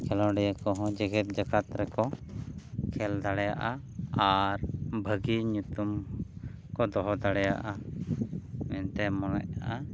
ᱠᱷᱮᱞᱳᱰᱤᱭᱟᱹ ᱠᱚᱦᱚᱸ ᱡᱮᱜᱮᱫ ᱡᱟᱠᱟᱛ ᱨᱮᱠᱚ ᱠᱷᱮᱞ ᱫᱟᱲᱮᱭᱟᱜᱼᱟ ᱟᱨ ᱵᱷᱟᱹᱜᱤ ᱧᱩᱛᱩᱢ ᱠᱚ ᱫᱚᱦᱚ ᱫᱟᱲᱮᱭᱟᱜᱼᱟ ᱢᱮᱱᱛᱮ ᱢᱚᱱᱮᱜᱼᱟ